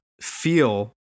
feel